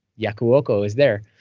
yaku wokou is there.